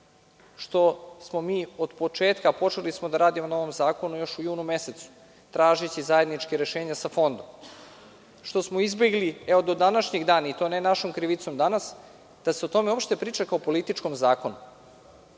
što smo mi otpočetka, počeli smo da radimo na ovom zakonu još u junu mesecu, tražeći zajednički rešenje sa Fondom, izbegli do današnjeg dana, i to ne našom krivicom danas, da se o tome uopšte priča kao o političkom zakonu.